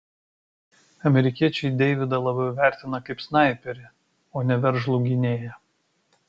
amerikiečiai deividą labiau vertina kaip snaiperį o ne veržlų gynėją